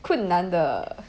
困难的